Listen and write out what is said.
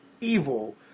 evil